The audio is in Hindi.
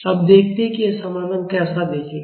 अब देखते हैं कि यह समाधान कैसा दिखेगा